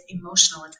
emotional